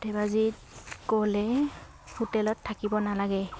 ধেমাজিত গ'লে হোটেলত থাকিব নালাগে